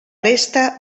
resta